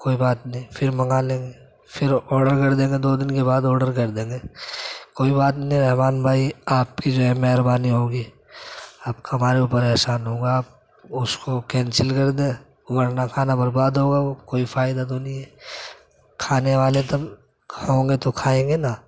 کوئی بات نہیں پھر منگا لیں گے پھر آرڈر کر دیں گے دو دِن کے بعد آرڈر کر دیں گے کوئی بات نہیں رحمٰن بھائی آپ کی جو ہے مہربانی ہوگی آپ کا ہمارے اُوپر احسان ہوگا آپ اُس کو کینسل کر دیں ورنہ کھانا برباد ہوگا وہ کوئی فائدہ تو نہیں ہے کھانے والے تو ہوں گے تو کھائیں گے نا